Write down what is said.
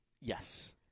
Yes